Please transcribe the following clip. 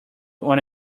what